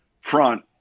front